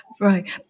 Right